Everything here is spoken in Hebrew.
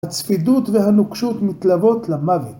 הצפידות והנוקשות מתלוות למוות.